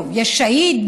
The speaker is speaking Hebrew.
או יהיה שהיד,